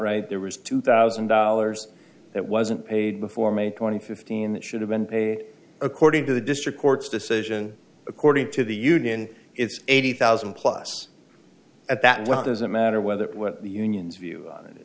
right there was two thousand dollars that wasn't paid before may twenty fifteen should have been paid according to the district court's decision according to the union it's eighty thousand plus at that does it matter whether the unions view on it